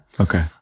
Okay